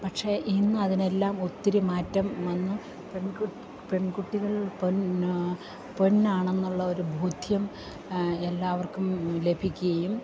പക്ഷെ ഇന്ന് അതിനെല്ലാം ഒത്തിരി മാറ്റം വന്നു പെൺകുട്ടികൾ പൊന്നാണെന്നുള്ള ഒരു ബോധ്യം എല്ലാവർക്കും ലഭിക്കുകയും